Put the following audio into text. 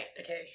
okay